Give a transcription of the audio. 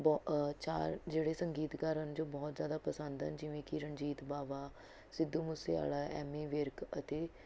ਬਹ ਚਾਰ ਜਿਹੜੇ ਸੰਗੀਤਕਾਰ ਹਨ ਜੋ ਬਹੁਤ ਜ਼ਿਆਦਾ ਪਸੰਦ ਹਨ ਜਿਵੇਂ ਕਿ ਰਣਜੀਤ ਬਾਵਾ ਸਿੱਧੂ ਮੂਸੇਆਲ਼ਾ ਐਮੀ ਵਿਰਕ ਅਤੇ